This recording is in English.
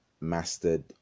mastered